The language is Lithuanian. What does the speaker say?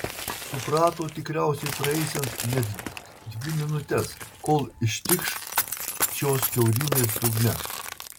suprato tikriausiai praeisiant net dvi minutes kol ištikš šios kiaurymės dugne